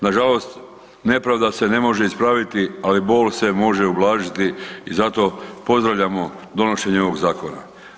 Nažalost, nepravda se ne može ispraviti, ali bol se može ublažiti i zato pozdravljamo donošenje ovog zakona.